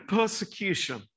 persecution